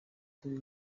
turi